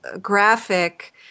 graphic